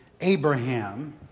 abraham